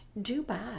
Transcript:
Dubai